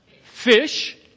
fish